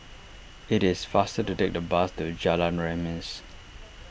it is faster to take the bus to Jalan Remis